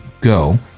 go